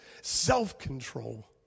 self-control